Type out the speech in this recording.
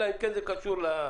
אלא אם כן זה קשור להפרדה.